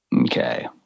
Okay